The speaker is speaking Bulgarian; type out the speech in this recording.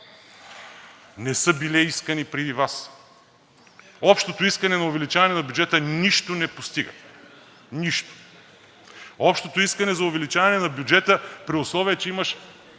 не са били искани преди Вас. Общото искане на увеличаване на бюджета нищо не постига. Нищо! Общото искане за увеличаване на бюджета, при условие че имаш